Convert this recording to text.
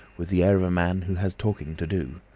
with the air of a man who has talking to do.